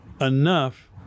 enough